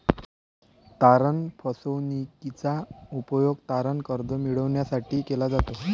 तारण फसवणूकीचा उपयोग तारण कर्ज मिळविण्यासाठी केला जातो